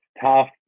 tough